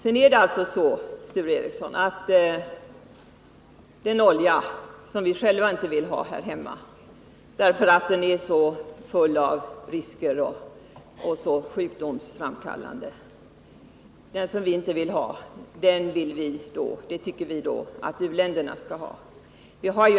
Sedan är det tydligen så, Sture Ericson, att den olja som vi själva inte vill ha här hemma — därför att den är så full av risker och så sjukdomsframkallande — den tycker vi att u-länderna skall ha.